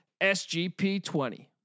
SGP20